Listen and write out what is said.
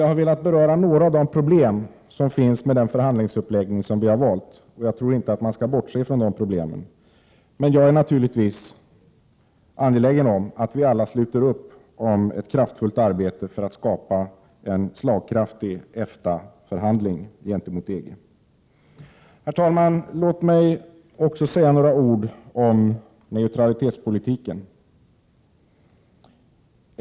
Jag har velat beröra några av de problem som finns med den förhandlingsuppläggning som vi har valt. Jag tror inte att man skall bortse från de problemen, men jag är naturligtvis angelägen om att vi alla sluter upp kring ett kraftfullt arbete för att skapa en slagkraftig EFTA-förhandling gentemot EG. Herr talman! Låt mig också säga några ord om neutralitetspolitiken.